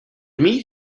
meat